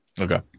Okay